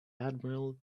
admiral